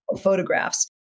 photographs